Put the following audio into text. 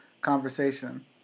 conversation